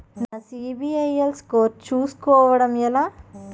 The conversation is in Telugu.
నా సిబిఐఎల్ స్కోర్ చుస్కోవడం ఎలా?